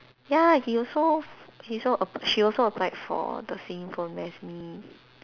ya he also he's al~ she also applied for the same firm as me